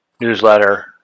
newsletter